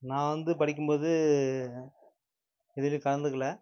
நான் வந்து படிக்கும்போது எதுலையும் கலந்துக்கலை